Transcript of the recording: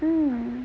mmhmm